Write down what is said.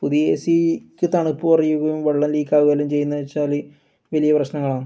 പുതിയ A C ക്ക് തണുപ്പ് കുറയുവും വെള്ളം ലീക്കാവുമെല്ലാം ചെയ്യുന്നു വെച്ചാൽ വലിയ പ്രശ്നങ്ങളാണ്